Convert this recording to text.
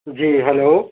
جی hello